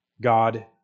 God